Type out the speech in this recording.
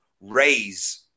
raise